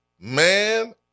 Man